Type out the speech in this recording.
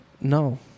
No